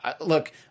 look